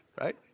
right